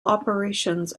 operations